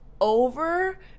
over